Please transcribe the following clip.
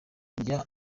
ndya